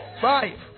five